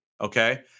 Okay